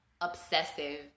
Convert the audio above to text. obsessive